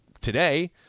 today